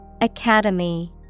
Academy